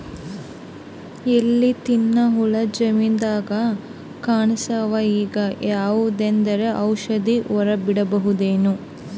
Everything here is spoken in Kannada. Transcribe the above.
ಎಲಿ ತಿನ್ನ ಹುಳ ಜಮೀನದಾಗ ಕಾಣಸ್ಯಾವ, ಈಗ ಯಾವದರೆ ಔಷಧಿ ಹೋಡದಬಿಡಮೇನ?